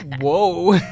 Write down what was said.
whoa